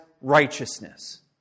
righteousness